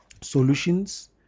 solutions